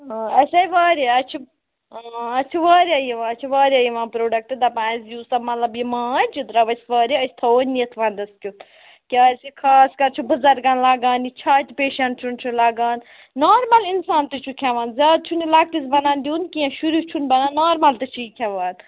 آ اَسہِ آیہِ واریاہ اَسہِ چھِ اَسہِ چھُ واریاہ یِوان اَسہِ چھِ واریاہ یِوان پرٛوڈَکٹہٕ دَپان اَسہِ دِیِو سا مطلب یہِ مانٛچھ یہِ درٛاو اَسہِ واریاہ أسۍ تھَوو نِتھ وَندَس کٮُ۪تھ کیٛازِ خاص کَر چھُ بُزَرگَن لَگان یہِ چھاتہِ پیشَنٹن چھُ لَگان نارمَل اِنسان تہِ چھُ کھٮ۪وان زیادٕ چھُنہٕ یہِ لۅکٹِس بَنان دیُن کیٚنٛہہ شُرِس چھُنہٕ بَنان نارمَل تہِ چھُ یہِ کھٮ۪وان